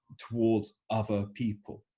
towards other people?